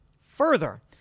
Further